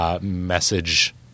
Message